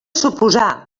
suposar